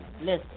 listen